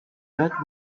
got